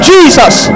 Jesus